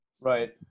Right